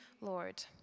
Lord